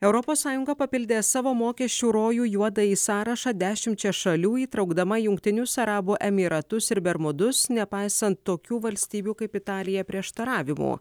europos sąjunga papildė savo mokesčių rojų juodąjį sąrašą dešimčia šalių įtraukdama jungtinius arabų emyratus ir bermudus nepaisant tokių valstybių kaip italija prieštaravimų